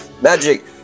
magic